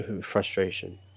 frustration